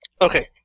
Okay